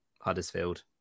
Huddersfield